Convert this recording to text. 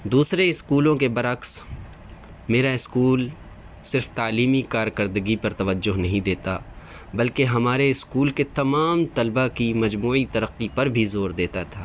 دوسرے اسکولوں کے برعکس میرا اسکول صرف تعلیمی کارکردگی پر توجہ نہیں دیتا بلکہ ہمارے اسکول کے تمام طلباء کی مجموعی ترقی پر بھی زور دیتا تھا